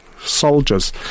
soldiers